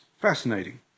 Fascinating